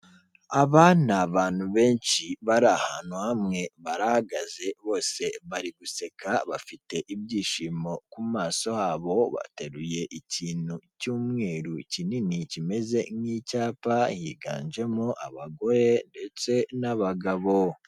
Aba ni abantu benshi bari ahantu hamwe barahagaze bose bari guseka bafite ibyishimo ku maso habo, bateruye ikintu cy'umweru kinini kimeze nk'icyapa, higanjemo abagore ndetse n'abagabo.